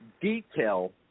detail